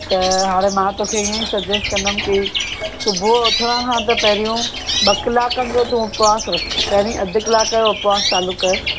त हाणे मां तोखे इअं ई सजैस्ट कंदमि कि सुबुहु उथण खां त पहिरियूं ॿ कलाकनि जो तूं उपवास रख पंहिंरी अधु कलाक जो उपवास चालू कर